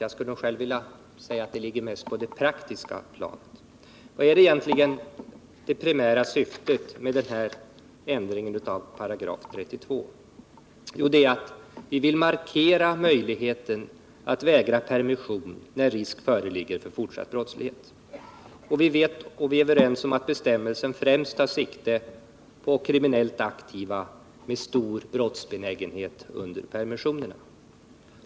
Själv skulle jag nog vilja säga att den mest ligger på det praktiska planet. Vad är egentligen det primära syftet med ändringen av 32 §? Jo, vi vill markera möjligheten att vägra permission, när risk föreligger för fortsatt brottslighet. Vi är överens om att bestämmelsen främst tar sikte på kriminellt aktiva med stor brottsbenägenhet under permissionerna.